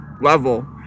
level